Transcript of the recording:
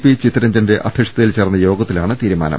P ചിത്തര ഞ്ജന്റെ അധ്യക്ഷതയിൽ ചേർന്ന യോഗത്തിലാണ് തീരുമാനം